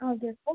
okay sir